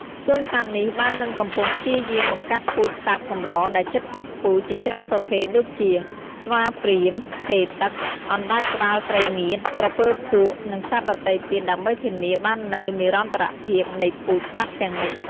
សួនសត្វនេះបាននិងកំពុងព្យាយាមបង្កាត់ពូជសត្វកម្រដែលជិតផុតពូជជាច្រើនប្រភេទ ដូចជា ស្វាព្រាហ្មណ៍ ភេទឹក អណ្ដើកក្បាលត្រីងៀត ក្រពើភក់ និងសត្វដទៃទៀតដើម្បីធានាបាននូវនិរន្តរភាពនៃពូជសត្វទាំងនេះ។